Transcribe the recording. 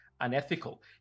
unethical